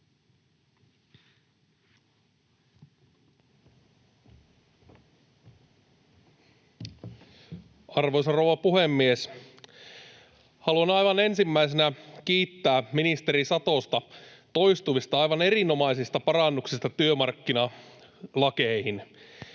Arvoisa rouva puhemies! Haluan aivan ensimmäisenä kiittää ministeri Satosta toistuvista, aivan erinomaisista parannuksista työmarkkinalakeihin.